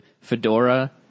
fedora